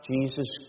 Jesus